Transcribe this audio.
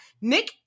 Nick